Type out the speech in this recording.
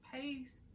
peace